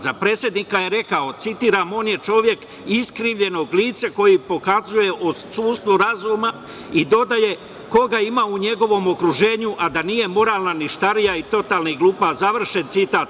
Za predsednika je rekao, citiram – on je čovek iskrivljenog lica koji pokazuje odsustvo razuma i dodaje, koga ima u njegovom okruženju a da nije moralna ništarija i totalni glupak, završen citat.